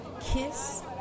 Kiss